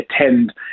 attend